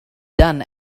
done